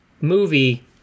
movie